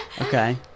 Okay